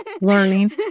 learning